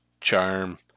charm